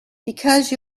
because